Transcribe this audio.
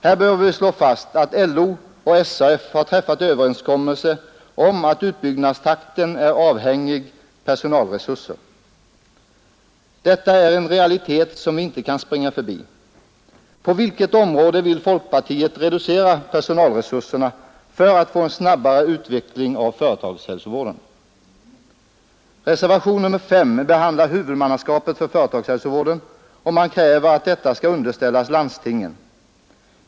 Här bör fastslås att LO och SAF träffat överenskommelse om att utbyggnadstakten är avhängig av personalresurserna. Detta är en realitet som vi inte kan springa förbi. På vilket område vill folkpartiet reducera personalresurserna för att få en snabbare utveckling av företagshälsovården? Reservationen 5 behandlar huvudmannaskapet för företagshälsovården, och man kräver att detta skall underställas landstingen.